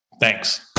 Thanks